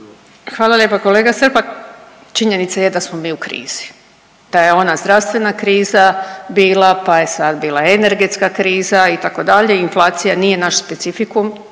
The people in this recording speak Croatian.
Hvala lijepa kolega Srpak. Činjenica je da smo mi u krizi, da je ona zdravstvena kriza bila, pa je sad bila energetska kriza itd. Inflacija nije naš specifikum,